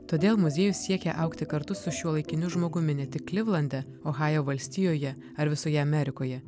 todėl muziejus siekia augti kartu su šiuolaikiniu žmogumi ne tik klivlande ohajo valstijoje ar visoje amerikoje